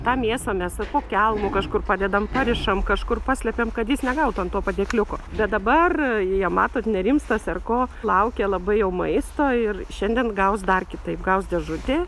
tą mėsą mes ar po kelmu kažkur padedam parišam kažkur paslepiam kad jis negautų ant to padėkliuko bet dabar jie matot nerimstas ar ko laukia labai jau maisto ir šiandien gaus dar kitaip gaus dėžutė